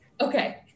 Okay